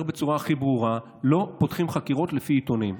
בצורה הכי ברורה: לא פותחים חקירות לפי עיתונים.